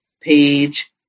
page